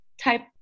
type